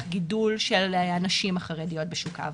גידול של אנשים אחרים להיות בשוק העבודה.